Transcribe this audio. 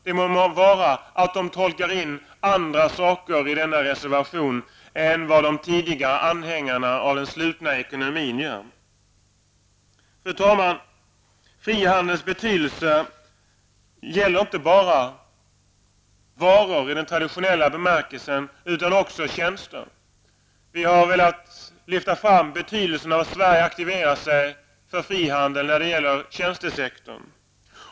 Det må vara att de tolkar in andra saker i denna reservation än vad de tidigare anhängarna av den slutna ekonomin gör. Fru talman! Frihandelns betydelse gäller inte bara varor i den traditionella bemärkelsen utan också tjänster. Vi har velat lyfta fram betydelsen av att Sverige aktiverar sig för frihandeln när det gäller tjänstesektorn.